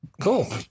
Cool